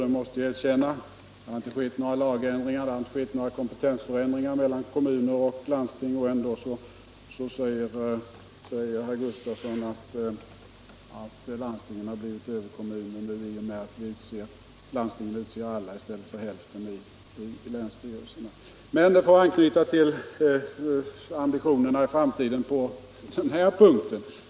Det har ju inte gjorts några lagändringar och inte heller några andra förändringar i kompetensfördelningen mellan kommuner och landsting, och ändå säger herr Gustafsson i Ronneby att landstingen har blivit överkommuner i och med att de utser alla i stället för hälften av ledamöterna i länsstyrelsen.